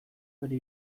bere